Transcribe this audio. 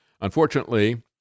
Unfortunately